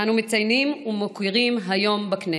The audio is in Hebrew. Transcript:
אנו מציינים ומוקירים היום בכנסת.